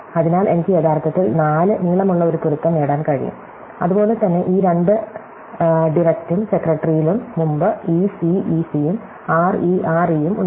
അതിനാൽ എനിക്ക് യഥാർത്ഥത്തിൽ 4 നീളമുള്ള ഒരു പൊരുത്തം നേടാൻ കഴിയും അതുപോലെ തന്നെ ഈ രണ്ട് ഡിറെക്ടറും സെക്രട്ടറിയിലും മുമ്പ് ec ec ഉം re re ഉം ഉണ്ടായിരുന്നു